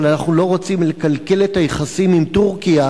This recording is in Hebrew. אבל אנחנו לא רוצים לקלקל את היחסים עם טורקיה,